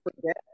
forget